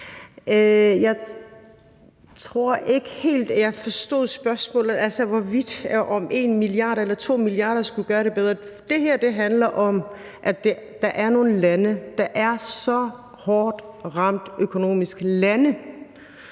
jeg forstod spørgsmålet, altså hvorvidt 1 eller 2 milliarder skulle gøre det bedre. Det her handler om, at der er nogle lande, der er så hårdt ramt økonomisk, lande,